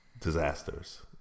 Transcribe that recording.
disasters